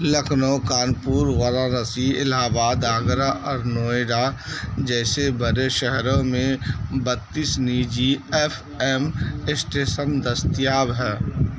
Lucknow Kanpur Varanasi Allahabad Agra اور نوئیڈا جیسے بڑے شہروں میں بتیس نجی ایف ایم اسٹیشن دستیاب ہے